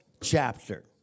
chapter